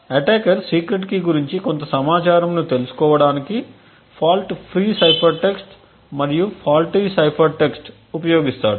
attacker secret key గురించి కొంత సమాచారంను తెలుసుకోవడానికి ఫాల్ట్ ఫ్రీ సైఫర్ టెక్స్ట్ మరియు ఫాల్టీ సైఫర్ టెక్స్ట్ ఉపయోగిస్తాడు